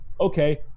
okay